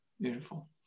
Beautiful